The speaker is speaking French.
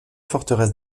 forteresses